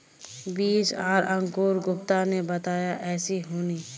बीज आर अंकूर गुप्ता ने बताया ऐसी होनी?